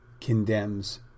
condemns